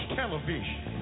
television